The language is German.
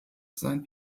sein